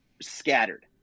scattered